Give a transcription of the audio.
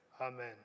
Amen